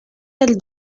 del